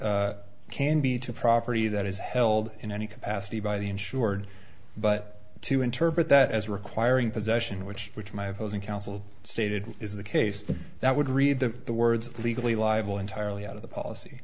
be to property that is held in any capacity by the insured but to interpret that as requiring possession which which my opposing counsel stated is the case that would read the words legally liable entirely out of the policy